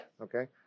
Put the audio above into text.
Okay